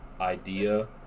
idea